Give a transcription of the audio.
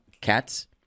cats